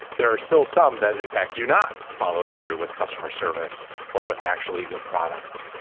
there are still some that, in fact, do not follow through with customer service or with actually good products.